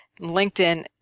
LinkedIn